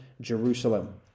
Jerusalem